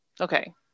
Okay